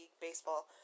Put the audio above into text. baseball